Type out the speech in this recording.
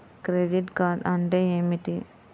Credit card అంటే ఏమిటి?